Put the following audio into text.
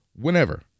whenever